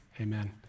Amen